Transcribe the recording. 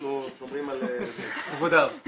--- אנחנו שומרים על --- כבודם.